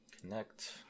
Connect